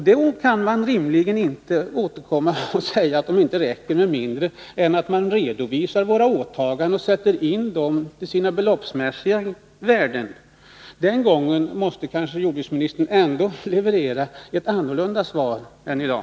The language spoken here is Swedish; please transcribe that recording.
Då kan man rimligen inte säga att pengarna inte räcker, med mindre än att man redovisar åtagandena till sina beloppsmässiga värden. Då måste kanske jordbruksministern lämna ett annat svar än det han gett i dag.